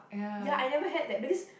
ya I never had that because